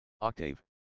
Octave